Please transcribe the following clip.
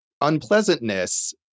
unpleasantness